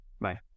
Bye